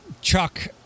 Chuck